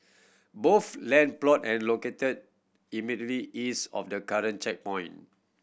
both land plot and located immediately east of the current checkpoint